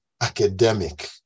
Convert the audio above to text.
academic